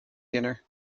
dinner